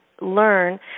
learn